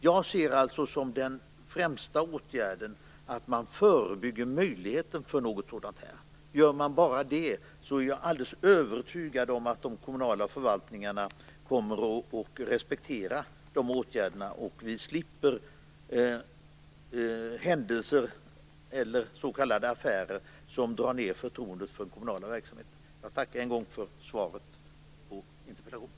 Jag ser som den främsta åtgärden att man förebygger möjligheten till något sådant som nu skett. Gör man bara det är jag övertygad om att de kommunala förvaltningarna kommer att respektera de åtgärderna. Vi slipper då händelser eller s.k. affärer som drar ned förtroendet för den kommunala verksamheten. Jag tackar än en gång för svaret på interpellationen.